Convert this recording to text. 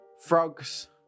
Frogs